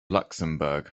luxembourg